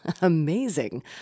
amazing